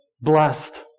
Blessed